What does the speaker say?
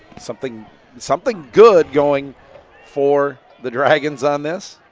something something good going for the dragons on this.